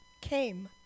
came